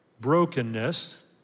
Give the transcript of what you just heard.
brokenness